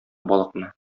балыкны